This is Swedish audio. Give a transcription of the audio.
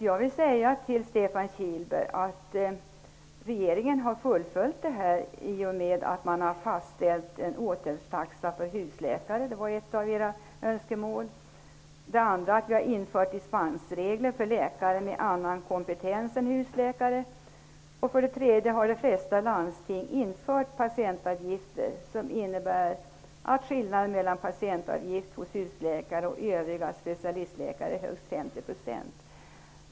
Jag vill säga till Stefan Kihlberg att regeringen har fullföljt denna överenskommelse i och med att man har fastställt en åtgärdstaxa per husläkare -- det var ju ett av era önskemål. Dessutom har det införts dispensregler för läkare med annan kompetens än den som husläkare skall ha. Vidare har de flesta landsting infört patientavgifter som innebär att skillnaden mellan patientavgift hos husläkare och övriga specialistläkare skall vara högst 50 %.